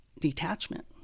detachment